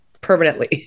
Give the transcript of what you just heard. permanently